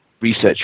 research